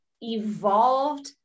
evolved